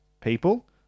people